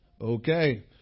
Okay